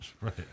right